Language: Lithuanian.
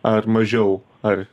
ar mažiau ar